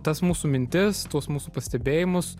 tas mūsų mintis tuos mūsų pastebėjimus